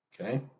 Okay